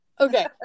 Okay